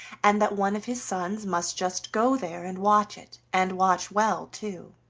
and that one of his sons must just go there and watch it, and watch well too.